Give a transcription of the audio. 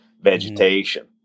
vegetation